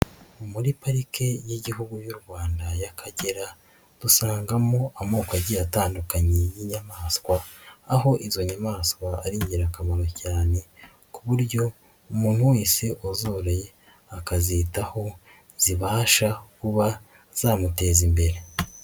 Muri parike y'Igihugu y'u Rwanda y'Akagera dusangamo amoko agiye atandukanye y'inyamaswa aho izo nyamaswa ari ingirakamaro cyane ku buryo umuntu wese wazoroye akazitaho zibasha kuba zamuteza imbere.